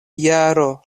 jaro